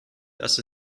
dass